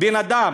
בן-אדם,